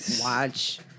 watch